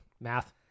Math